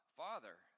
father